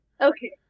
Okay